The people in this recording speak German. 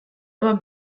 aber